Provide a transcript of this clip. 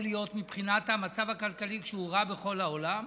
להיות כשהמצב הכלכלי רע בכל העולם,